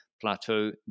Plateau